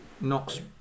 knocks